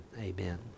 Amen